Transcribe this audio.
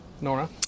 Nora